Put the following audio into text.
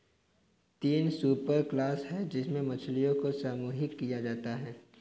तीन सुपरक्लास है जिनमें मछलियों को समूहीकृत किया जाता है